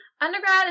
Undergrad